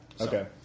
Okay